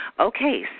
Okay